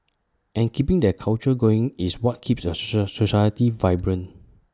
and keeping that culture going is what keeps A society vibrant